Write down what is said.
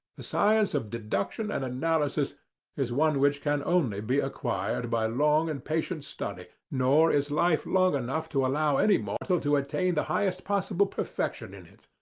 the science of deduction and analysis is one which can only be acquired by long and patient study nor is life long enough to allow any mortal to attain the highest possible perfection in it.